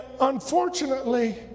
unfortunately